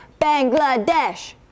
Bangladesh